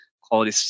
quality